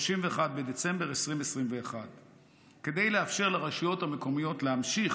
31 בדצמבר 2021. כדי לאפשר לרשויות המקומיות להמשיך